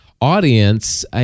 audience